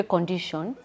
Condition